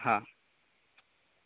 હા